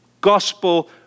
gospel